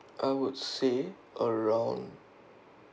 I would say around